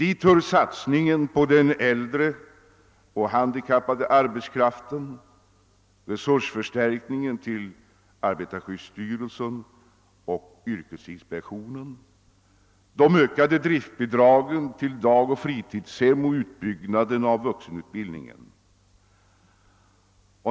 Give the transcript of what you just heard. Dit hör satsningen på den äldre och den handikappade arbetskraften, resursförstärkningen till arbetarskyddsstyrelsen och yrkesinspektionen, de ökade driftbidragen till dagoch fritidshem och utbyggnaden av vuxenutbildningen.